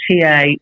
TA